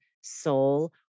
soul